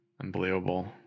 Unbelievable